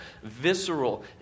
visceral